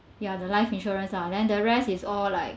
ya the life insurance lah then the rest is all like